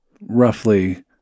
roughly